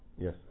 Yes